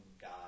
God